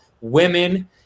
women